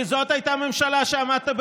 כי זאת הייתה ממשלה שעמדת בראשה.